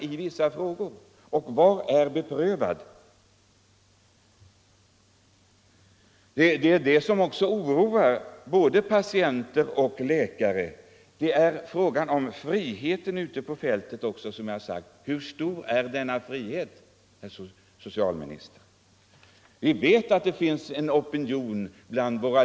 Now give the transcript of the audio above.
använda vissa s.k. Något som också oroar både patienter och läkare är frågan om hur = naturläkemedel, stor frihet man har ute på fältet. Vi vet att det finns en opinion bland — mm.m.